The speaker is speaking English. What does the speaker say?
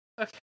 Okay